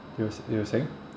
you were you were saying